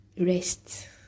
rest